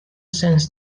sens